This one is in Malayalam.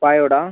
പായോഡാണോ